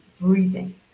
breathing